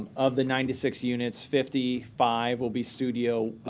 of the ninety six units, fifty five will be studio,